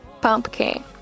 Pumpkin